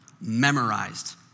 Memorized